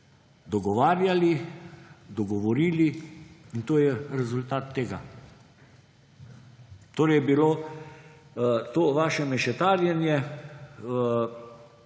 dogovarjali, dogovorili in to je rezultat tega. Torej je bilo to vaše mešetarjenje